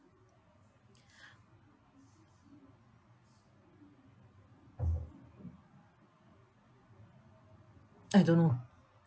I don't know